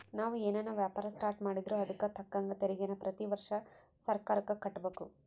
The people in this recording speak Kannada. ನಾವು ಏನನ ವ್ಯಾಪಾರ ಸ್ಟಾರ್ಟ್ ಮಾಡಿದ್ರೂ ಅದುಕ್ ತಕ್ಕಂಗ ತೆರಿಗೇನ ಪ್ರತಿ ವರ್ಷ ಸರ್ಕಾರುಕ್ಕ ಕಟ್ಟುಬಕು